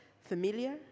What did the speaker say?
familiar